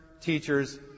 teachers